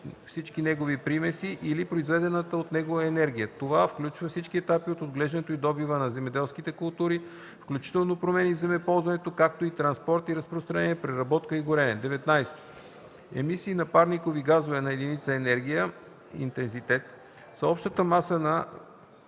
всички негови примеси) или произведената от него енергия. Това включва всички етапи от отглеждането и добива на земеделските култури, включително промени в земеползването, както и транспорт и разпространение, преработка и горене. 19. „Емисии на парникови газове на единица енергия (интензитет)” са общата маса на